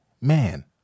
man